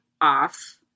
off